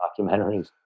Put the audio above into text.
documentaries